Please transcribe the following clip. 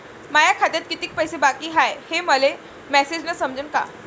माया खात्यात कितीक पैसे बाकी हाय हे मले मॅसेजन समजनं का?